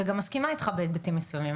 וגם מסכימה איתך בהיבטים מסוימים.